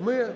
ми